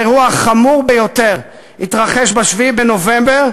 האירוע החמור ביותר התרחש ב-7 בנובמבר,